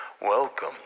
welcome